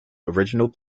original